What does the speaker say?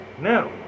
Now